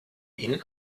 ihnen